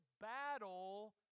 battle